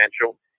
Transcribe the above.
potential